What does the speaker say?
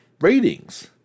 ratings